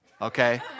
okay